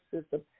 system